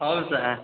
ହେଉ ସାର୍